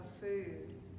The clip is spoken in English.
food